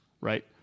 right